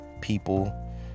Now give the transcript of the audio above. people